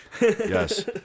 Yes